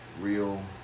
Real